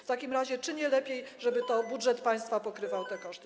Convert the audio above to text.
W takim razie czy nie lepiej, żeby to budżet państwa pokrywał te koszty?